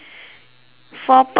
four personal